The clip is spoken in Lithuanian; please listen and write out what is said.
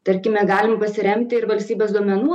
tarkime galim pasiremti ir valstybės duomenų